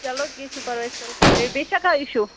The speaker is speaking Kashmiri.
چَلو کیٚنٛہہ چھُنہٕ پرٕواے أسۍ کَرو سیٚپیریٚٹ بیٚیہِ چھا کانٛہہ اِشوٗا